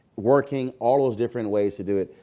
working, all of those different ways to do it.